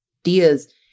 ideas